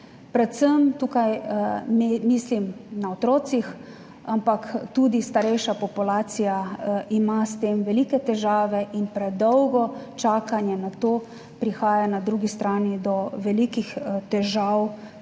predvsem tukaj ne mislim na otrocih, ampak tudi starejša populacija ima s tem velike težave in predolgo čakanje na to prihaja na drugi strani do velikih težav